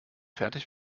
fertig